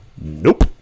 Nope